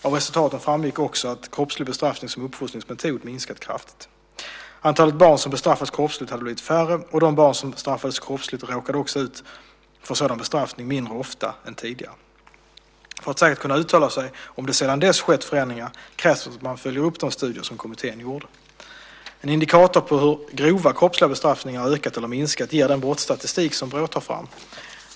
Av resultaten framgick också att kroppslig bestraffning som uppfostringsmetod minskat kraftigt. Antalet barn som bestraffas kroppsligt hade blivit färre, och de barn som straffades kroppsligt råkade också ut för sådan bestraffning mindre ofta än tidigare. För att säkert kunna uttala sig om det sedan dess skett förändringar krävs att man följer upp de studier som kommittén gjorde. En indikator på hur grova kroppsliga bestraffningar ökat eller minskat ger den brottstatistik som Brå tar fram.